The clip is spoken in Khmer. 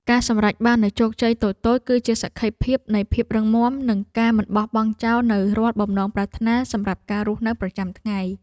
ការសម្រេចបាននូវជោគជ័យតូចៗគឺជាសក្ខីភាពនៃភាពរឹងមាំនិងការមិនបោះបង់ចោលនូវរាល់បំណងប្រាថ្នាសម្រាប់ការរស់នៅប្រចាំថ្ងៃ។